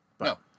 No